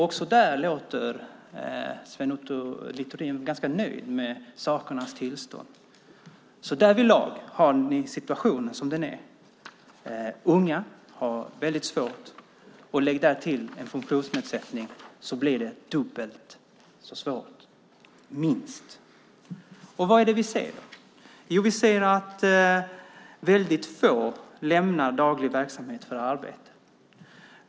Också där låter Sven Otto Littorin ganska nöjd med sakernas tillstånd. Där har ni situationen som den är. Unga har det svårt, och med en funktionsnedsättning blir det minst dubbelt så svårt. Vad är det vi ser? Jo, att få lämnar daglig verksamhet för arbete.